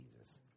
Jesus